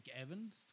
evans